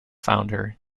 founder